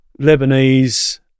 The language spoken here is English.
lebanese